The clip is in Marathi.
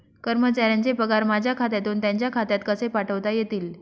कर्मचाऱ्यांचे पगार माझ्या खात्यातून त्यांच्या खात्यात कसे पाठवता येतील?